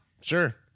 Sure